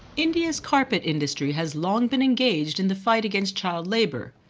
india's carpet industry has long been engaged in the fight against child labour,